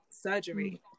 surgery